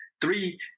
three